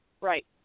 Right